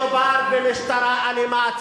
מדובר במשטרה אלימה,